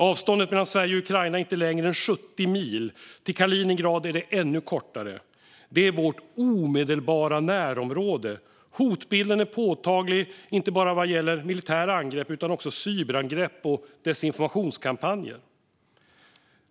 Avståndet mellan Sverige och Ukraina är inte längre än 70 mil. Till Kaliningrad är det ännu kortare. Det är vårt omedelbara närområde. Hotbilden är påtaglig inte bara vad gäller militära angrepp utan också vad gäller cyberangrepp och desinformationskampanjer.